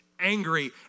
angry